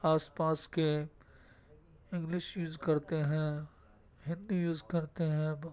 آس پاس کے English use کرتے ہیں ہندی یوز کرتے ہیں